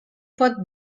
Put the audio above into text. pot